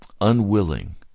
unwilling